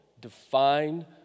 defined